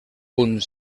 punt